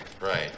Right